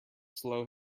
slow